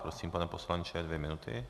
Prosím, pane poslanče, dvě minuty.